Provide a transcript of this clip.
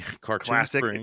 classic